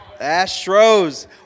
Astros